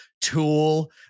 tool